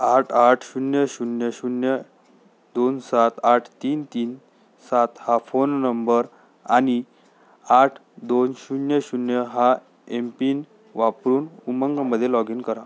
आठ आठ शून्य शून्य शून्य दोन सात आठ तीन तीन सात हा फोन नंबर आणि आठ दोन शून्य शून्य हा एम पिन वापरून उमंगमधे लॉग इन करा